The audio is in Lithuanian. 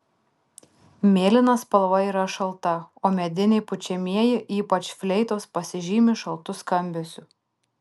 mėlyna spalva yra šalta o mediniai pučiamieji ypač fleitos pasižymi šaltu skambesiu